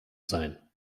sein